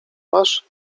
masz